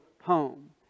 home